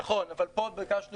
נכון, אבל פה ביקשנו